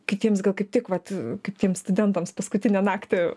kitiems gal kaip tik vat kaip tiems studentams paskutinę naktį